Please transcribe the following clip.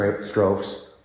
strokes